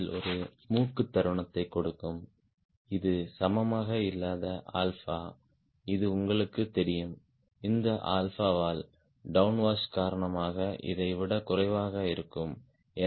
யில் ஒரு நோஸ் தருணத்தைக் கொடுக்கும் இது சமமாக இல்லாத 𝛼 இது உங்களுக்குத் தெரியும் இந்த 𝛼 வால் டவுன்வாஷ் காரணமாக இதை விட குறைவாக இருக்கும்